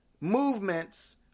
movements